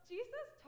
Jesus